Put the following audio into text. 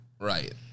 Right